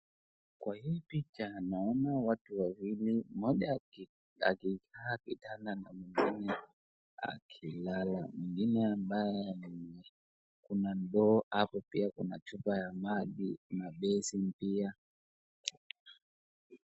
Kwa hii picha naona watu wawili ,mmoja akikaa kitanda na mwingine akilala ,kuna ndoo hapo, pia Kuna chupa ya maji na basin pia.